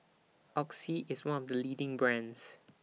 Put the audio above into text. Oxy IS one of The leading brands